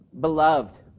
beloved